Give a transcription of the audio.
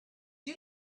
you